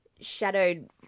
shadowed